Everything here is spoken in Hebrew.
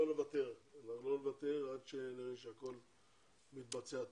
אנחנו לא נוותר עד שנראה שהכל מתבצע טוב.